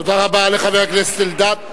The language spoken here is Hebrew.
תודה רבה לחבר הכנסת אלדד.